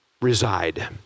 reside